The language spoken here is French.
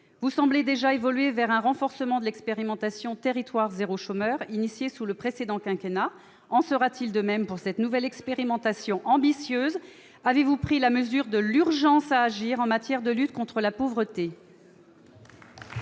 Vous semblez déjà évoluer vers un renforcement de l'expérimentation « territoires zéro chômeur » lancée sous le précédent quinquennat. En sera-t-il de même pour cette nouvelle expérimentation ambitieuse ? Avez-vous pris la mesure de « l'urgence à agir » en matière de lutte contre la pauvreté ?